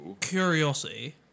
curiosity